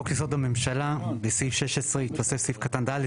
בחוק יסוד הממשלה בסעיף 16 יתווסף סעיף קטן (ד),